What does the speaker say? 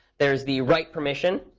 there's the write permission,